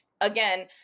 again